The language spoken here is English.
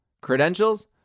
Credentials